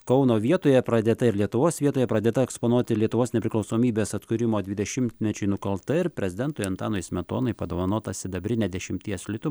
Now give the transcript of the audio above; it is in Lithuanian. kauno vietoje pradėta ir lietuvos vietoje pradėta eksponuoti lietuvos nepriklausomybės atkūrimo dvidešimtmečiui nukalta ir prezidentui antanui smetonai padovanota sidabrinė dešimties litų